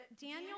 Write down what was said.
Daniel